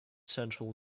central